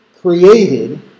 created